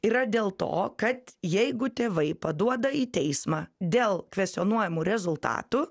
yra dėl to kad jeigu tėvai paduoda į teismą dėl kvestionuojamų rezultatų